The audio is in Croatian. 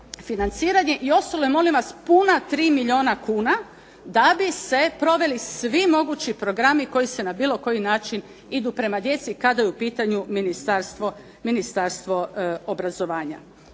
i ostalo je puna tri milijuna kuna da bi se proveli svi mogući programi koji na bilo način idu prema djeci kada je u pitanju Ministarstvo obrazovanja.